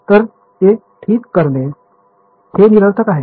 तर ते ठीक करणे हे निरर्थक आहे